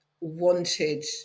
wanted